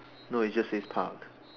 no it just says park